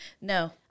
No